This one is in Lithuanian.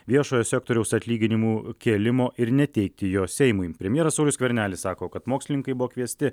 viešojo sektoriaus atlyginimų kėlimo ir neteikti jo seimui premjeras saulius skvernelis sako kad mokslininkai buvo kviesti